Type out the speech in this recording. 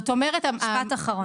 משפט אחרון.